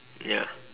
ya